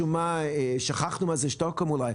משום מה, שכחנו מה זה שטוקהולם אולי.